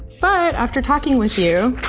but, after talking with you,